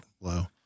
low